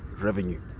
revenue